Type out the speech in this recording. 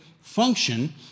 function